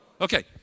Okay